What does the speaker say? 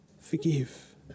forgive